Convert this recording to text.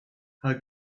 her